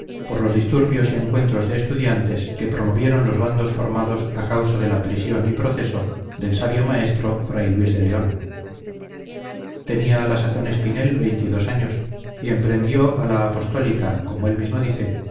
por los disturbios y encuentros de estudiantes que promovieron los bandos formados a causa de la prisión y proceso del sabio maestro fray luis de león tenía a la sazón espinel veintidos años y emprendió a la apostólica como él mismo dice